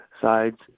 sides